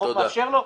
החוק מאפשר לו,